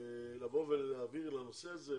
לבוא ולהעביר לנושא הזה?